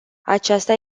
aceasta